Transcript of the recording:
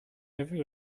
every